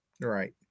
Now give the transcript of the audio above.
Right